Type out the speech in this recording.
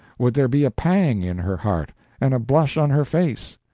would there be a pang in her heart and a blush on her face?